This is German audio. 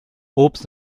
obst